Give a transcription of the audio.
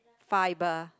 fiber